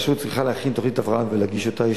הרשות צריכה להכין תוכנית הבראה ולהגיש אותה.